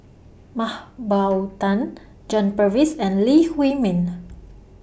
Mah Bow Tan John Purvis and Lee Huei Min